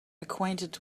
acquainted